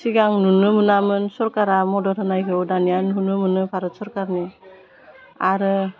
सिगां नुनो मोनामोन सरकारा मदद होनायखौ दानिया नुनो मोनो भारत सरकारनि आरो